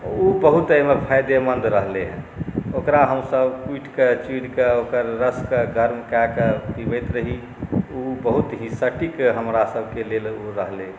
ओ बहुत एहिमे फायदेमन्द रहलैए ओकरा हमसभ कूटि कऽ चूरि कऽ ओकर रसकेँ गर्म कए कऽ पिबैत रही ओ बहुत ही सटीक हमरासभके लेल ओ रहलै